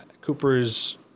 Cooper's